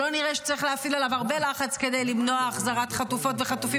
שלא נראה שצריך להפעיל עליו הרבה לחץ כדי למנוע החזרת חטופות וחטופים,